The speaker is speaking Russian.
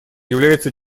является